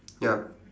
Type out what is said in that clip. ya